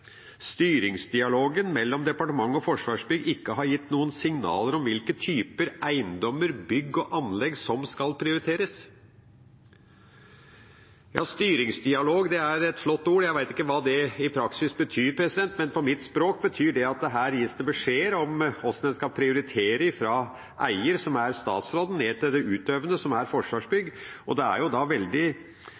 skal prioriteres». «Styringsdialog» er et flott ord. Jeg vet ikke hva det betyr i praksis, men på mitt språk betyr det at her gis det beskjeder om hvordan en skal prioritere – fra eier, som er statsråden, ned til det utøvende, som er Forsvarsbygg. Da er det veldig sterkt å erfare – og vi skriver det veldig tydelig – at det ikke er